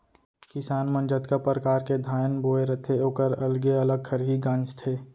किसान मन जतका परकार के धान बोए रथें ओकर अलगे अलग खरही गॉंजथें